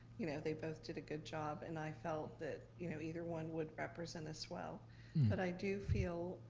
you know they both did a good job and i felt that you know either one would represent us well but i do feel,